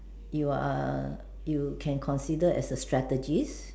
you're you can consider as a strategist